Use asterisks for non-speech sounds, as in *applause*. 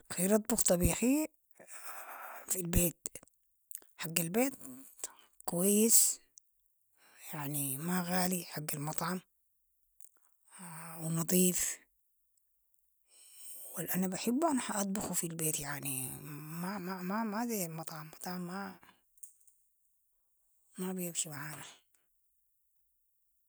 اخير اطبخ طبيخي *noise* في البيت، حق البيت كويس، يعني ما غالي حق المطعم *unintelligible* و نضيف و الانا بحبهم حاطبخو في البيت يعني، *hesitation* ما زي المطعم، مطعم ما ما بيمشي معانا.